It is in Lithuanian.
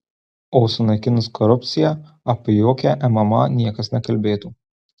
o sunaikinus korupciją apie jokią mma niekas nekalbėtų